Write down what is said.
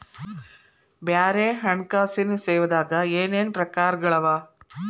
ಬ್ಯಾರೆ ಹಣ್ಕಾಸಿನ್ ಸೇವಾದಾಗ ಏನೇನ್ ಪ್ರಕಾರ್ಗಳವ?